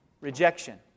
Rejection